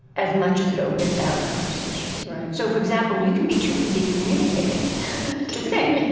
as much as it opens out conversations. so, for example, you can be too busy communicating to think,